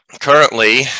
currently